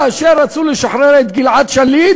כבוד ראש הממשלה חבר הכנסת בנימין נתניהו והגברת שרה נתניהו,